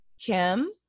kim